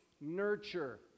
nurture